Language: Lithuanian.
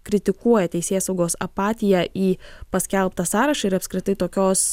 kritikuoja teisėsaugos apatiją į paskelbtą sąrašą ir apskritai tokios